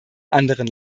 anderen